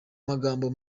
magambo